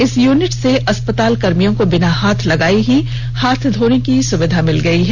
इस यूनिट से अस्पताल कर्मियों को बिना हाथ लगाए ही हाथ धोने की सुविधा मिल गई है